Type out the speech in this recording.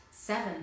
seven